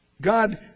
God